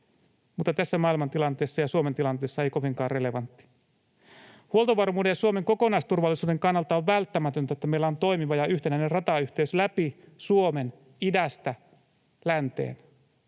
mutta tässä maailmantilanteessa ja Suomen tilanteessa ei kovinkaan relevantti. Huoltovarmuuden ja Suomen kokonaisturvallisuuden kannalta on välttämätöntä, että meillä on toimiva ja yhtenäinen ratayhteys läpi Suomen idästä länteen.